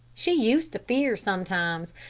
she used to fear sometimes,